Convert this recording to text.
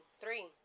three